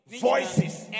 voices